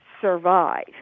survive